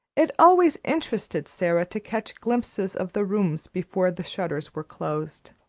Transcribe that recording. it always interested sara to catch glimpses of the rooms before the shutters were closed.